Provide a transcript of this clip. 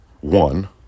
one